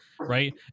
Right